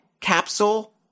capsule